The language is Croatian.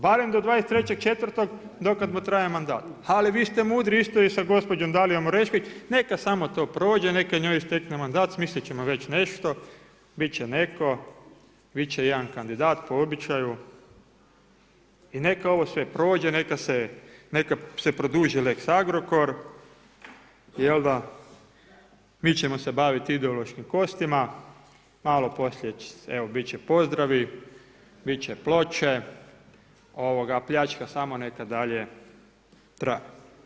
Barem do 23.4. do kada mu traje mandat, ali vi ste mudri isto i sa gospođom Dalijom Orešković, neka samo to prođe, neka njoj istekne mandat, smisliti ćemo već nešto, biti će netko, biti će jedan kandidat po običaju i neka ovo sve prođe, neka se produži lex Agrokor, jel da, mi ćemo se baviti ideološkim kostima, malo poslije biti će pozdravi, biti će ploče, pljačka sama neka dalje traje.